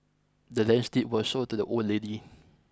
the land's deed was sold to the old lady